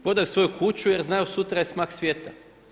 Prodaju svoju kuću, jer znaju sutra je smak svijeta.